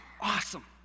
awesome